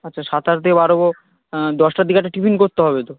আচ্ছা সাত আটটার দিকে বার হব দশটার দিকে একটা টিফিন করতে হবে তো